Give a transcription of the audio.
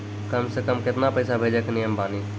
कम से कम केतना पैसा भेजै के नियम बानी?